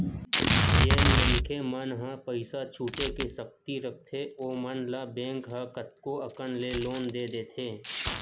जेन मनखे मन ह पइसा छुटे के सक्ति रखथे ओमन ल बेंक ह कतको अकन ले लोन दे देथे